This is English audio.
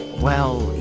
well,